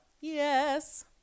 yes